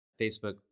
Facebook